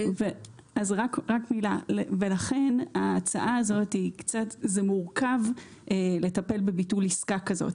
לכן מורכב לטפל בביטול עסקה כזאת.